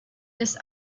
ist